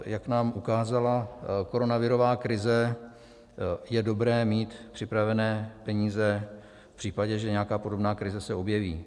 Jak nám ukázala koronavirová krize, je dobré mít připravené peníze v případě, že nějaká podobná krize se objeví.